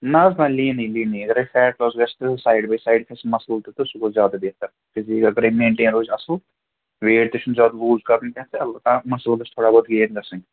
نہَ حظ نہَ لیٖنٕے لیٖنٕے اگرے فیٹ لاس گژھِ تہٕ سایڈ باے سایڈ کھسہِ مَسَل تہِ تہٕ سُہ گوٚو زیادٕ بہتر کیٛازِکہِ اگرے مینٹین روزِ اَصٕل ویٹ تہِ چھُنہٕ زیادٕ لوٗز کَرُن کیٚنٛہہ تہٕ البتہ مسل گژھِ تھوڑا بہت گین گَژھٕنۍ